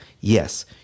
Yes